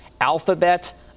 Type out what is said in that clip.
Alphabet